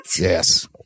yes